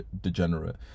degenerate